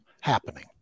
happening